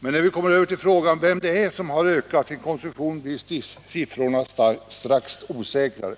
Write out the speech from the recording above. men när vi kommer över till frågan om vem som har ökat sin konsumtion blir siffrorna strax osäkrare.